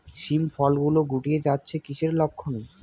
শিম ফল গুলো গুটিয়ে যাচ্ছে কিসের লক্ষন?